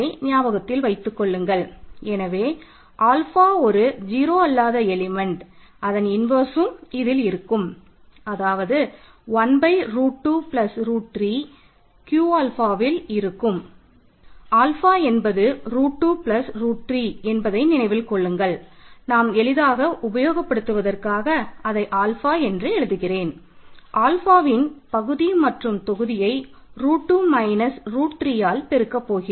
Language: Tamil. Q ஆல்ஃபா 3யால் பெருக்கப் போகிறேன்